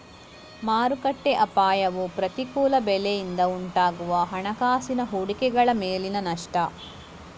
ಮಾರುಕಟ್ಟೆ ಅಪಾಯವು ಪ್ರತಿಕೂಲ ಬೆಲೆಯಿಂದ ಉಂಟಾಗುವ ಹಣಕಾಸಿನ ಹೂಡಿಕೆಗಳ ಮೇಲಿನ ನಷ್ಟ